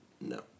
No